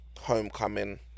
Homecoming